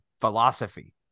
philosophy